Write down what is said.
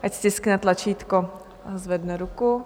Ať stiskne tlačítko a zvedne ruku.